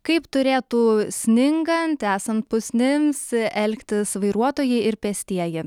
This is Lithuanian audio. kaip turėtų sningant esant pusnims elgtis vairuotojai ir pėstieji